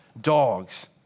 dogs